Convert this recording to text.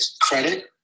credit